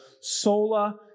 sola